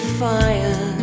fire